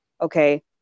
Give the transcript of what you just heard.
Okay